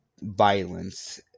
violence